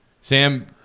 Sam